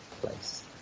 place